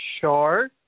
sure